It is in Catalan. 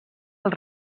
als